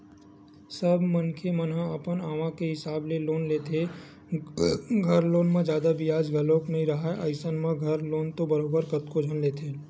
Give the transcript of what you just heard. सब मनखे मन ह अपन आवक के हिसाब ले लोन लेथे, घर लोन म जादा बियाज घलो नइ राहय अइसन म घर लोन तो बरोबर कतको झन लेथे